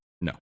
No